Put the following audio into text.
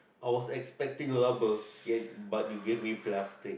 I was expecting rubber yet but you gave me plastic